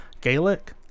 Gaelic